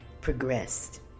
progressed